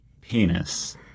Penis